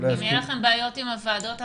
יהיה לכם בעיות עם הוועדות האחרות,